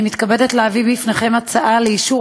אני מתכבדת להביא בפניכם הצעה לאישור